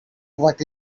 what